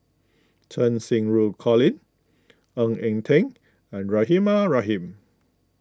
Cheng Xinru Colin Ng Eng Teng and Rahimah Rahim